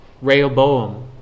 Rehoboam